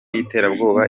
y’iterabwoba